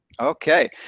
Okay